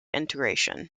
integration